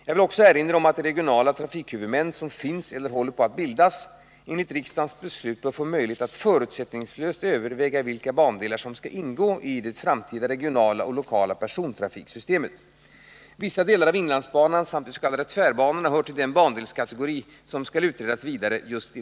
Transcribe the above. Jag vill också erinra om att de regionala trafikhuvudmän som finns eller håller på att bildas enligt riksdagens beslut bör få möjlighet att förutsättningslöst överväga vilka bandelar som skall ingå i det framtida regionala och lokala persontrafiksystemet. Vissa delar av inlandsbanan samt de s.k. tvärbanorna hör till den bandelskategori som skall utredas vidare.